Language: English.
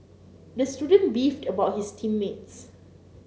the student beefed about his team mates